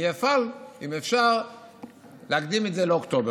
אני אפעל, אם אפשר להקדים את זה לאוקטובר.